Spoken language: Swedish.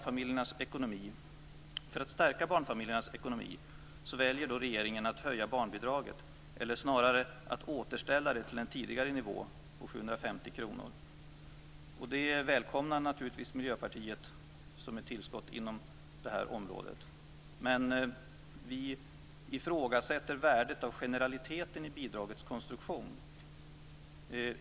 För att stärka barnfamiljernas ekonomi väljer regeringen att höja barnbidraget, eller snarare att återställa det till den tidigare nivån, nämligen 750 kr. Det välkomnar naturligtvis vi i Miljöpartiet som ett tillskott inom detta område. Vi ifrågasätter dock värdet av generaliteten i bidragets konstruktion.